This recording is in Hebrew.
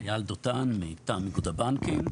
אייל דותן, מטעם איגוד הבנקים.